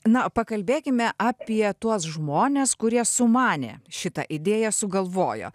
na pakalbėkime apie tuos žmones kurie sumanė šitą idėją sugalvojo